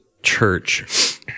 church